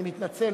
אני מתנצל,